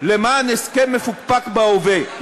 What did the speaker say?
למען הסכם מפוקפק בהווה.